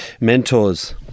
mentors